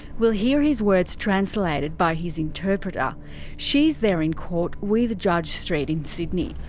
we'll hear his words translated by his interpreter she's there in court with judge street in sydney.